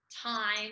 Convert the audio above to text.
time